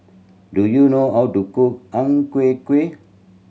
do you know how to cook Ang Ku Kueh